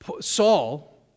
Saul